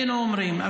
היינו אומרים.